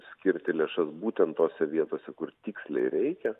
skirti lėšas būtent tose vietose kur tiksliai reikia